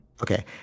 Okay